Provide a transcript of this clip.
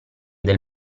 del